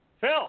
Phil